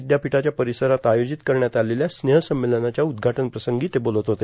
विद्यापीठाच्या परिसरात आयोजित करण्यात आलेल्या स्नेह संमेलनाच्या उद्घाटन प्रसंगी ते बोलत होते